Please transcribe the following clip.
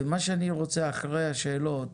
ומה שאני רוצה אחרי השאלות